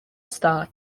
star